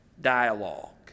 dialogue